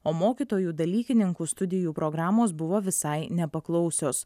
o mokytojų dalykininkų studijų programos buvo visai nepaklausios